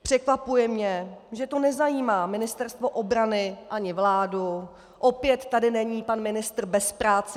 Překvapuje mě, že to nezajímá Ministerstvo obrany ani vládu opět tady není pan ministr bez práce Dienstbier.